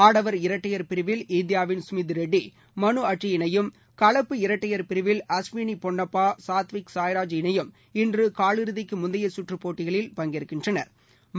ஆடவர் இரட்டையர் பிரிவில் இந்தியாவின் சுமித் ரெட்டி மனு அட்ரி இணையும் கலப்பு இரட்டையர் பிரிவில் அஷ்வினி பொன்னப்பா சாத்விக் சாய்ராஜ் இணையும் இன்று காலிறதிக்கு முந்தைய கற்று போட்டியில் பங்கேற்கின்றனா்